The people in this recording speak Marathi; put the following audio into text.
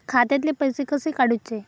खात्यातले पैसे कसे काडूचे?